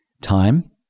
time